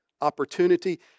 opportunity